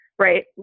Right